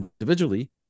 individually